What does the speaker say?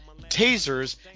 tasers